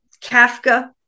Kafka